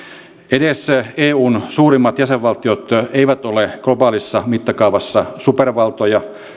edes eun suurimmat jäsenvaltiot eivät ole globaalissa mittakaavassa supervaltoja